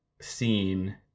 scene